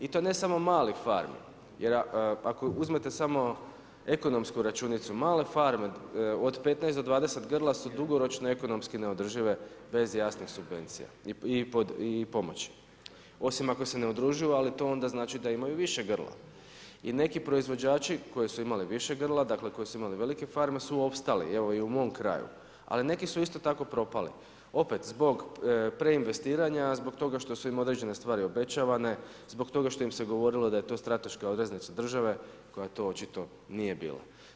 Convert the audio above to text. I to ne samo malih farmi jer ako uzmete samo ekonomsku računicu, male farme od 15 do 20 grla su dugoročno ekonomski neodržive bez jasnih subvencija i pomoći osim ako se ne udružuju ali to onda znači da imaju više grla i neki proizvođači koji su imali više grla, dakle koji su imali farme su opstali evo i u mom kraju ali neki su isto tako i propali opet zbog preinvestiranja, zbog toga što su im određene stvari obećavane, zbog toga što im se govorilo da je to strateška obveza države koja to očito nije bila.